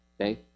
Okay